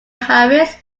harris